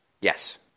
Yes